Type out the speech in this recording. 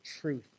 truth